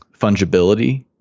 fungibility